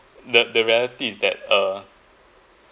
the the reality is that uh